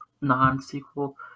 non-sequel